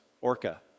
Orca